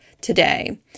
today